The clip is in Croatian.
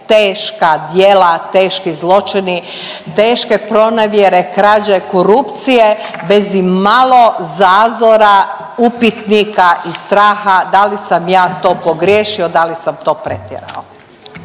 teška djela, teški zločini, teške pronevjere, krađe, korupcije bez imalo zazora upitnika i straha da li sam ja to pogriješio, da li sam to pretjerao.